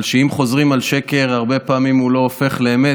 שאם חוזרים על שקר הרבה פעמים הוא לא הופך לאמת.